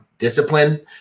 Discipline